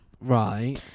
Right